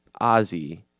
Ozzy